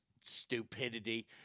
stupidity